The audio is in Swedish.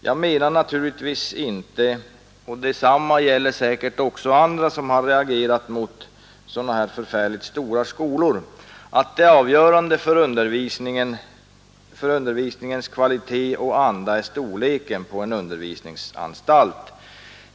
Jag menar naturligtvis inte — och detsamma gäller säkerligen också andra som reagerar mot sådana här förfärligt stora skolor — att det avgörande för undervisningens kvalitet och andan i en skola är storleken på undervisningsanstalten.